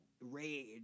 rage